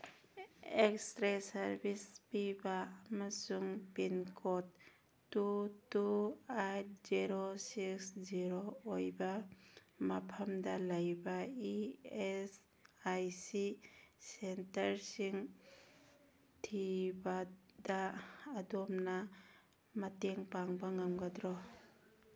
X ray service ꯄꯤꯕ ꯑꯃꯁꯨꯡ pin code two two eight zero six zero ꯑꯣꯏꯕ ꯃꯐꯝꯗ ꯂꯩꯕ ꯏ ꯑꯦꯁ ꯑꯥꯏ ꯁꯤ ꯁꯦꯟꯇꯔꯁꯤꯡ ꯊꯤꯕꯗ ꯑꯗꯣꯝꯅ ꯃꯇꯦꯡ ꯄꯥꯡꯕ ꯉꯝꯒꯗ꯭ꯔꯣ